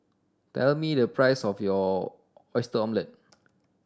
tell me the price of Oyster Omelette